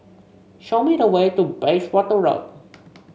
show me the way to Bayswater Road